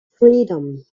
freedom